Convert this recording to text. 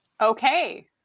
Okay